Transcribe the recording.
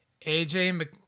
AJ